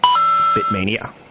Bitmania